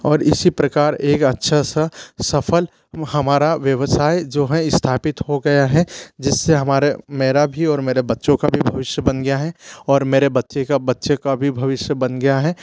और इसी प्रकार एक अच्छा सा सफल हमारा व्यवसाय जो है स्थापित हो गया है जिससे हमारे मेरा भी और मेरे बच्चों का भी भविष्य बन गया है और मेरे बच्चे का बच्चे का भी भविष्य बन गया है